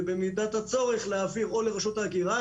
ובמידת הצורך להעביר לרשות ההגירה,